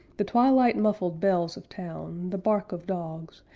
the twilight-muffled bells of town, the bark of dogs,